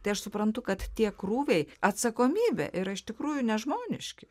tai aš suprantu kad tie krūviai atsakomybė yra iš tikrųjų nežmoniški